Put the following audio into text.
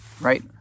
right